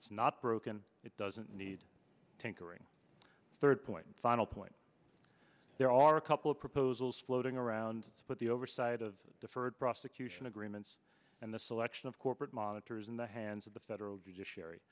it's not broken it doesn't need tinkering third point final point there are a couple of proposals floating around but the oversight of deferred prosecution agreements and the selection of corporate monitors in the hands of the federal